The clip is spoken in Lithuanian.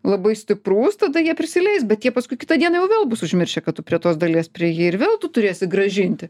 labai stiprus tada jie prisileis bet jie paskui kitą dieną jau vėl bus užmiršę kad tu prie tos dalies priėjai ir vėl tu turėsi grąžinti